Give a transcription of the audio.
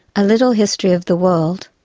a little history of the world,